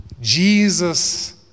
Jesus